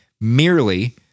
merely